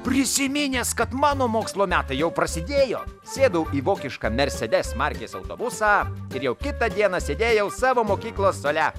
prisiminęs kad mano mokslo metai jau prasidėjo sėdau į vokišką mercedes markės autobusą ir jau kitą dieną sėdėjau savo mokyklos suole